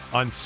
on